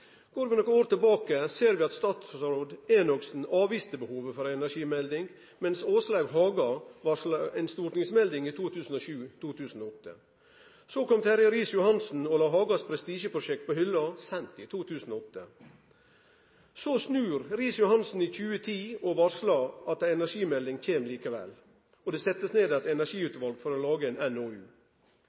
Går vi nokre år tilbake, ser vi at statsråd Enoksen avviste behovet for ei energimelding, medan Åslaug Haga varsla ei stortingsmelding i 2007–2008. Så kom Terje Riis-Johansen og la Haga sitt prestisjeprosjekt på hylla seint i 2008. Så snur Riis-Johansen i 2010 og varslar at ei energimelding kjem likevel, og det blei sett ned eit energiutval for å lage ein NOU.